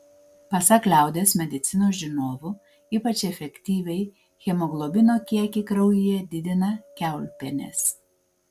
pasak liaudies medicinos žinovų ypač efektyviai hemoglobino kiekį kraujyje didina kiaulpienės